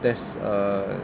that's um